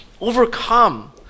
overcome